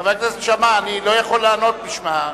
חבר הכנסת שאמה, אני לא יכול לענות בשמה,